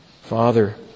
Father